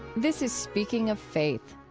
this is speaking of faith.